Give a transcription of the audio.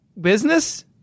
business